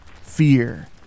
fear